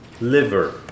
liver